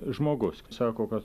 žmogus sako kad